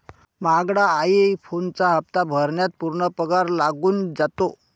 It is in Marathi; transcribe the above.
महागडा आई फोनचा हप्ता भरण्यात पूर्ण पगार लागून जातो